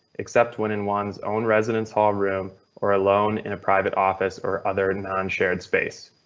except when in one's own residence hall room or alone in a private office or other non shared space.